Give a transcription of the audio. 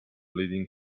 leading